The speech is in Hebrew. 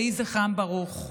יהי זכרם ברוך.